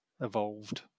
evolved